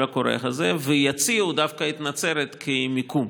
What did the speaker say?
הקורא הזה ויציעו דווקא את נצרת כמיקום.